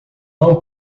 não